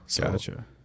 Gotcha